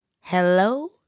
hello